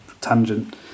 tangent